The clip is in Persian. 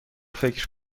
فکر